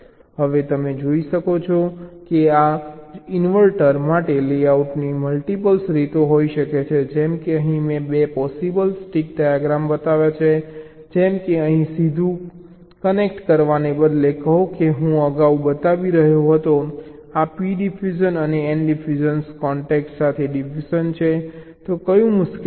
હવે તમે જોઈ શકો છો કે આ જ ઇન્વર્ટર માટે લેઆઉટની મલ્ટીપલ રીતો હોઈ શકે છે જેમ કે અહીં મેં 2 પોસિબલ સ્ટીક ડાયાગ્રામ બતાવ્યા છે જેમ કે અહીં સીધું કનેક્ટ કરવાને બદલે કહો કે હું અગાઉ બતાવી રહ્યો હતો આ p ડિફ્યુઝન અને n ડિફ્યુઝન કોન્ટેક સાથે ડિફ્યુઝન છે તો કયું મુશ્કેલ છે